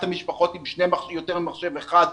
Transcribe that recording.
ואת מעט המשפחות עם יותר ממחשב אחד,